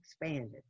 expanded